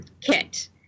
kit